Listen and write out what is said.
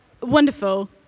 Wonderful